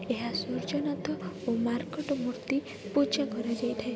ଏହା ସୂର୍ଯ୍ୟନାଥ ଓ ମାର୍କଟ ମୂର୍ତ୍ତି ପୂଜା କରାଯାଇଥାଏ